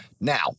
Now